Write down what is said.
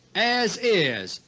as is.